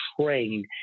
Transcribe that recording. trained